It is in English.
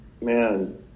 man